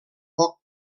poc